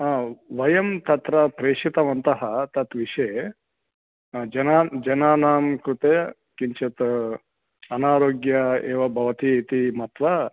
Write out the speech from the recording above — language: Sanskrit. हा वयं तत्र प्रेषितवन्तः तत् विषये जनान् जनानां कृते किञ्चित् अनारोग्यम् एव भवतीति मत्वा